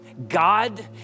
God